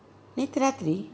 நேற்று ராத்திரி:naetru rathiri